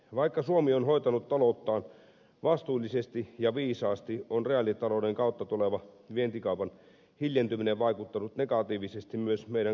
vaikka suomi on hoitanut talouttaan vastuullisesti ja viisaasti on reaalitalouden kautta tuleva vientikaupan hiljentyminen vaikuttanut negatiivisesti myös meidän kansantalouteemme